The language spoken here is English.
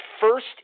first